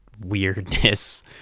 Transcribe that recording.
weirdness